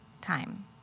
time